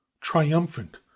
triumphant